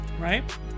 right